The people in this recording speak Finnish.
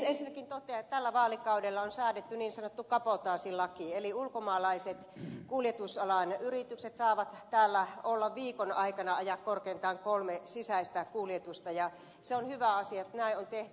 ensinnäkin totean että tällä vaalikaudella on säädetty niin sanottu kabotaasilaki eli ulkomaalaiset kuljetusalan yritykset saavat täällä viikon aikana ajaa korkeintaan kolme sisäistä kuljetusta ja se on hyvä asia että näin on tehty